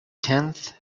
tenth